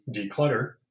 declutter